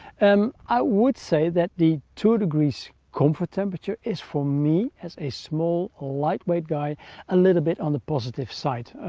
and i would say that the two degrees comfort temperature is for me has a small lightweight guy a little bit on the positive side.